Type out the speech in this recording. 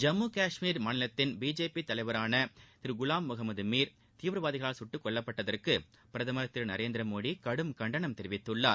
ஜம்மு கஷ்மீர் மாநிலத்தின் பிஜேபி தலைவரான திரு குவாம் முகமது மீர் தீவிரவாதிகளால் கட்டுக்கொல்லப்பட்டதற்கு பிரதமர் திரு நரேந்திரமோடி கடும் கண்டனம் தெரிவித்துள்ளார்